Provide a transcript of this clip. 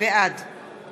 בעד